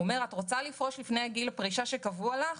שאומרת שאם את כאישה רוצה לפרוש לפני גיל הפרישה שקבוע לך,